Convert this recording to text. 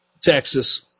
Texas